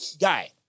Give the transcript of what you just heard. Guy